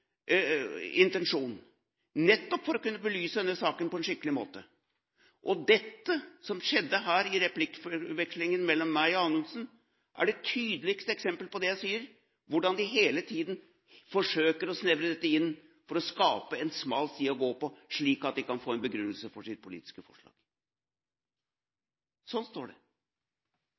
intensjon, nettopp for å kunne belyse denne saken på en skikkelig måte. Det som skjedde her i replikkordvekslingen mellom meg og Anundsen, er det tydeligste eksemplet på det jeg sier, hvordan de hele tiden forsøker å snevre dette inn for å skape en smal sti å gå på, slik at de kan få en begrunnelse for sitt politiske forslag. Sånn står det.